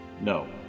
No